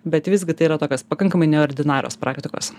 bet visgi tai yra tokios pakankamai ne ordinarios praktikos